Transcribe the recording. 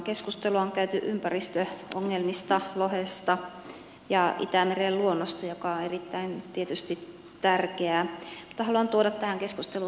keskustelua on käyty ympäristöongelmista lohesta ja itämeren luonnosta mikä on tietysti erittäin tärkeää mutta haluan tuoda tähän keskusteluun sosiaalisen näkökulman